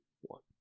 one